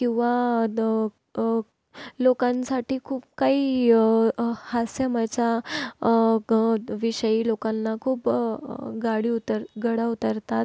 किंवा लोकांसाठी खूप काही हास्यमयचा विषयही लोकांना खूप गाडीवतात घडवतात